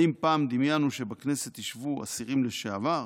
האם פעם דמיינו שבכנסת ישבו אסירים לשעבר